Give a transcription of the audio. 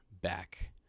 back